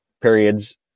periods